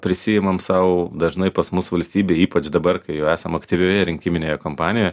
prisiimam sau dažnai pas mus valstybėj ypač dabar kai jau esam aktyvioje rinkiminėje kampanijoje